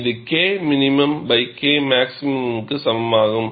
இது K min K max க்கு சமமாகும்